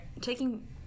taking